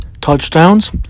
touchdowns